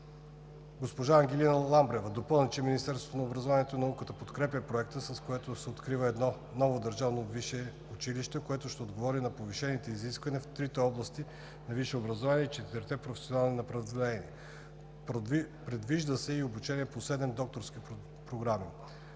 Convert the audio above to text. Госпожа Ангелина Ламбрева допълни, че Министерството на образованието и науката подкрепя Проекта, с който се открива едно ново държавно висше училище, което ще отговори на повишените изисквания в три области на висше образование и четири професионални направления. Предвижда се и обучение по седем докторски програми.